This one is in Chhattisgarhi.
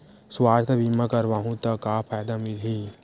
सुवास्थ बीमा करवाहू त का फ़ायदा मिलही?